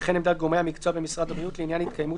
וכן עמדת גורמי המקצוע במשרד הבריאות לעניין התקיימות